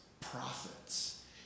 prophets